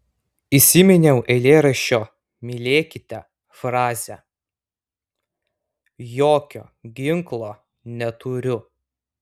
įsiminiau eilėraščio mylėkite frazę jokio ginklo neturiu